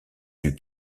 dut